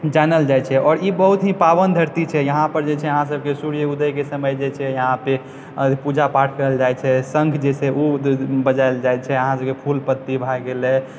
जानल जाइ छै आओर ई बहुत ही पावन धरती छै यहाँपर जे छै अहासबके सूर्य उदयके समय जे छै यहाँपर पूजा पाठ करल जाइ छै शङ्ख जे छै से ओ बजाएल जाइ छै अहाँ सभके जे छै फूल पत्ती भऽ गेलै